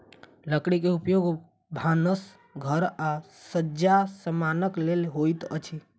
लकड़ी के उपयोग भानस घर आ सज्जा समानक लेल होइत अछि